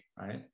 right